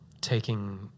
taking